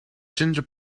ginger